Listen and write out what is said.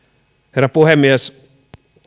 herra puhemies